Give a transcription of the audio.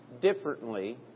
differently